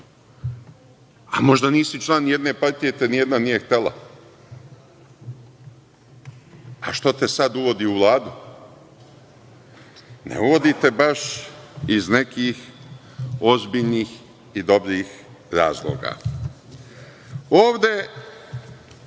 Možda nisi član nijedne partije jer te nijedna nije htela. Zašto te sad uvodi u Vladu? Ne uvodi te baš iz nekih ozbiljnih i dobrih razloga. Ovde